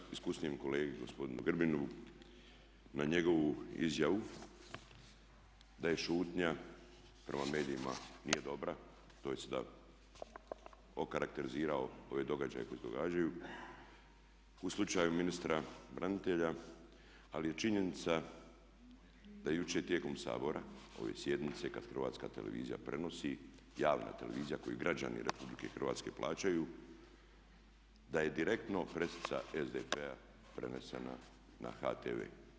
Evo ja iskusnijem kolegi, gospodinu Grbinu, na njegovu izjavu da je šutnja prema medijima nije dobra, tj. okarakterizirao je ove događaje koji se događaju u slučaju ministra branitelja ali je činjenica da je jučer tijekom Sabora, ove sjednice kada Hrvatska televizija prenosi, javna televizija koju građani Republike Hrvatske plaćaju da je direktno presica SDP-a prenesena na HTV.